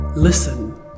Listen